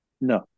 No